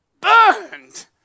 burned